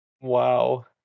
Wow